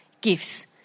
gifts